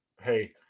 hey